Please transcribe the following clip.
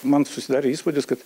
man susidarė įspūdis kad